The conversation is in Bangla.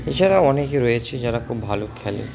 এছাড়াও অনেকে রয়েছে যারা খুব ভালো খেলে